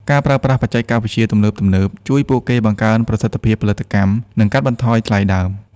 ការប្រើប្រាស់បច្ចេកវិទ្យាទំនើបៗជួយពួកគេបង្កើនប្រសិទ្ធភាពផលិតកម្ម និងកាត់បន្ថយថ្លៃដើម។